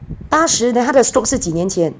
八十 then 她的 stroke 是几年前